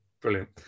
Brilliant